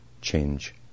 change